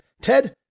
Ted